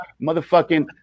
Motherfucking